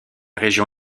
région